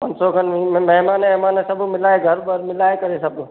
पंज सौ खनि महिमान वहिमान सभु मिलाए घरु वर मिलाए करे सभु